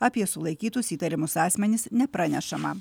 apie sulaikytus įtariamus asmenis nepranešama